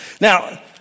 Now